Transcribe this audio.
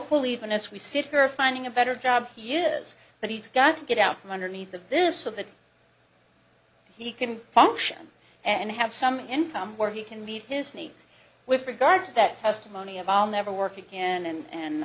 fully even as we secure finding a better job he is but he's got to get out from underneath of this so that he can function and have some income where he can meet his needs with regard to that testimony of all never work again and